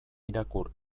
irakur